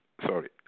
sorry